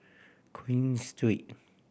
Queen Street